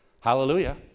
Hallelujah